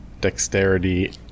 Dexterity